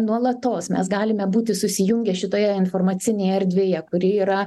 nuolatos mes galime būti susijungę šitoje informacinėje erdvėje kuri yra